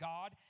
God